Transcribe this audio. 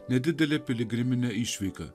nedidele piligrimine išvyka